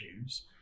issues